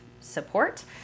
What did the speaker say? support